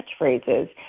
catchphrases